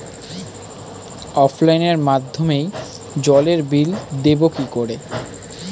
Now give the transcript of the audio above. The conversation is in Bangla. অফলাইনে মাধ্যমেই জলের বিল দেবো কি করে?